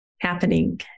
happening